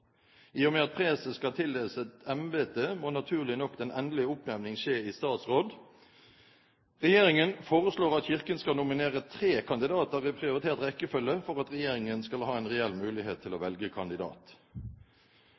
I og med at preses skal tildeles et embete, må naturlig nok den endelige oppnevning skje i statsråd. Regjeringen foreslår at Kirken skal nominere tre kandidater i prioritert rekkefølge for at regjeringen skal ha en reell mulighet til å